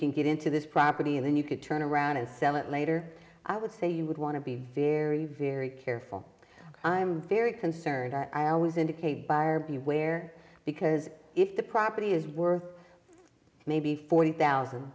can get into this property and then you could turn around and sell it later i would say you would want to be very very careful i'm very concerned i always indicate buyer beware because if the property is worth maybe forty thousand